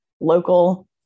local